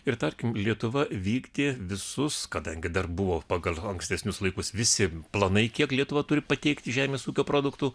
ir tarkim lietuva vykdė visus kadangi dar buvo pagal ankstesnius laikus visi planai kiek lietuva turi pateikti žemės ūkio produktų